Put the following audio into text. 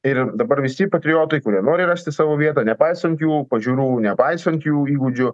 ir dabar visi patriotai kurie nori rasti savo vietą nepaisant jų pažiūrų nepaisant jų įgūdžių